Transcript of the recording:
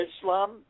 Islam